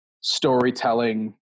storytelling